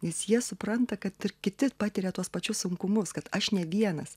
nes jie supranta kad ir kiti patiria tuos pačius sunkumus kad aš ne vienas